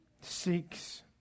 seeks